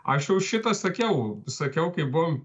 aš jau šitą sakiau sakiau kai buvom